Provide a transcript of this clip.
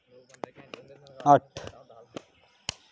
अट्ठ